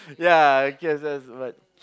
yeah I get that's what